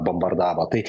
bombardavo tai